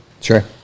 Sure